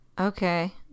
Okay